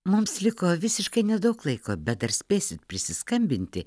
mums liko visiškai nedaug laiko bet dar spėsit prisiskambinti